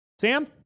Sam